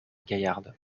gaillarde